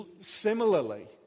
similarly